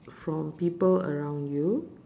from people around you